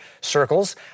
circles